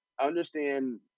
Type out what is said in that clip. understand